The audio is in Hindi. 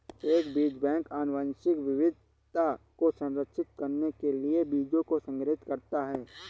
एक बीज बैंक आनुवंशिक विविधता को संरक्षित करने के लिए बीजों को संग्रहीत करता है